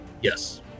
Yes